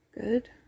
good